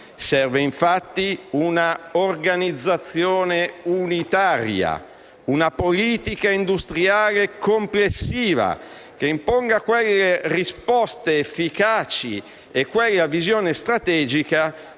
Serve infatti un'organizzazione unitaria e una politica industriale complessiva che impongano quelle risposte efficaci e quella visione strategica